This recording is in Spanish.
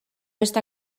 está